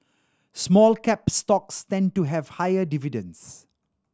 small cap stocks tend to have higher dividends